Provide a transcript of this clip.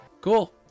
Cool